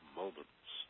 moments